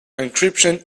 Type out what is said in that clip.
encryption